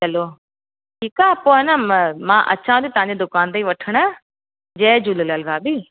हलो ठीकु आहे पोइ हे न मां अचां थी तव्हांजी दुकानु ते वठणु जय झूलेलाल भाभी